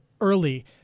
early